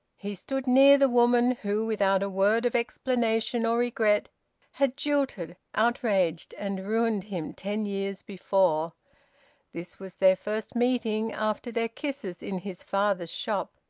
he stood near the woman who without a word of explanation or regret had jilted, outraged, and ruined him ten years before this was their first meeting after their kisses in his father's shop.